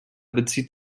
bezieht